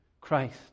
Christ